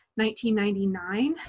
1999